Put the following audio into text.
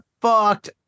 fucked